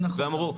ואמרו,